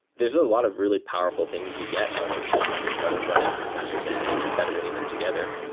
there're a lot of really powerful things you get out of out of running meshes and and and federating them together.